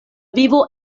vivo